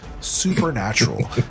supernatural